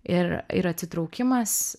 ir ir atsitraukimas